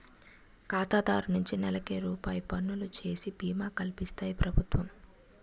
ఖాతాదారు నుంచి నెలకి రూపాయి వసూలు చేసి బీమా కల్పిస్తాయి ప్రభుత్వాలు